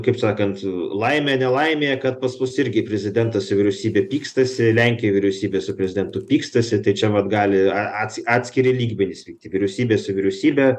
kaip sakant laimė nelaimė kad pas mus irgi prezidentas su vyriausybe pykstasi lenkijoj vyriausybė su prezidentu pykstasi tai čia vat gali a ats atskiri lygmenys pykti vyriausybė su vyriausybe